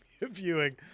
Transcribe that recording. viewing